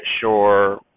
sure